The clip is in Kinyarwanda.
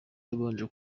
yabanje